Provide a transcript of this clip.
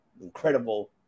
incredible